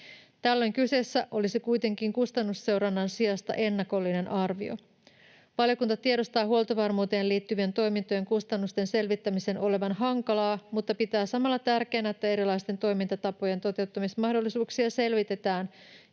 Tällöin kyseessä olisi kuitenkin kustannusseurannan sijasta ennakollinen arvio. Valiokunta tiedostaa huoltovarmuuteen liittyvien toimintojen kustannusten selvittämisen olevan hankalaa mutta pitää samalla tärkeänä, että erilaisten toimintatapojen toteuttamismahdollisuuksia selvitetään,